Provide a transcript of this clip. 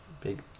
big